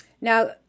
Now